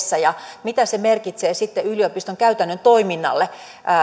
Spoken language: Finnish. edessä ja mitä se merkitsee sitten yliopiston käytännön toiminnalle